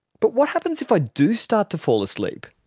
but what happens if i do start to fall asleep?